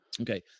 Okay